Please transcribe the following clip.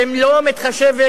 שלא מתחשבת